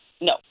No